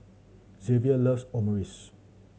Xzavier loves Omurice